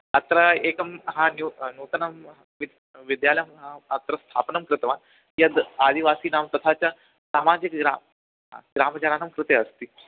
अत्र एकं हा न्यूनं नूतनं विद्या विद्यालयम् अहम् अत्र स्थापनं कृतवान् यद् आदिवासीनां तथा च सामाजिकग्रामं ग्रामजनानां कृते अस्ति